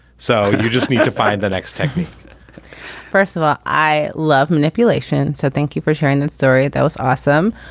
so you just need to find the next technique first of all i love manipulation. so thank you for sharing that story. that was awesome.